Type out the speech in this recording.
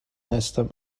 هستم